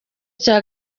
cya